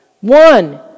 One